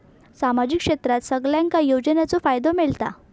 सामाजिक क्षेत्रात सगल्यांका योजनाचो फायदो मेलता?